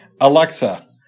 Alexa